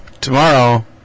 tomorrow